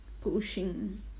pushing